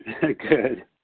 Good